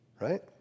Right